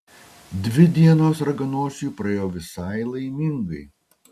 dvi dienos raganosiui praėjo visai laimingai